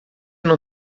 não